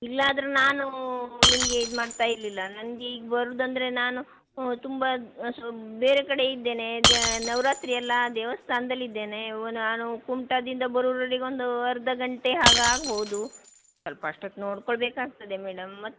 ಇಲ್ಲಾದರೂ ನಾನು ನಿಮಗೆ ಇದು ಮಾಡ್ತಾ ಇರಲಿಲ್ಲ ನನ್ಗೀಗ ಬರುದಂದರೆ ನಾನು ತುಂಬ ಸೊ ಬೇರೆ ಕಡೆ ಇದ್ದೇನೆ ದೆ ನವರಾತ್ರಿ ಅಲ್ಲಾ ದೇವಸ್ಥಾನದಲ್ಲಿದ್ದೇನೆ ಒ ನಾನು ಕುಮಟಾದಿಂದ ಬರೋರೊರಿಗೊಂದು ಅರ್ಧ ಗಂಟೆ ಹಾಗಾಗಬಹುದು ಸ್ವಲ್ಪ ಅಷ್ಟೊತ್ತು ನೋಡಿಕೊಳ್ಬೇಕಾಗ್ತದೆ ಮೇಡಮ್ ಮತ್ತು